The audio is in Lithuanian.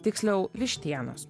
tiksliau vištienos